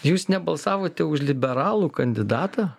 jūs nebalsavote už liberalų kandidatą